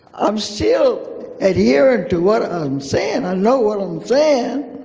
i'm still adhering to what i'm saying. i know what i'm saying.